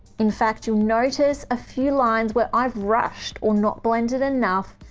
in fact, you'll notice a few lines where i've rushed or not blended enough,